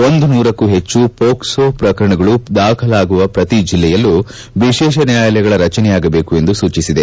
ಒಂದು ನೂರಕ್ಕೂ ಹೆಚ್ಚು ಪೋಕ್ಲೋ ಪ್ರಕರಣಗಳು ದಾಖಲಾಗುವ ಪ್ರತಿ ಜಿಲ್ಲೆಯಲ್ಲೂ ವಿಶೇಷ ನ್ಯಾಯಾಲಯಗಳ ರಚನೆಯಾಗಬೇಕು ಎಂದು ಸೂಚಿಸಿದೆ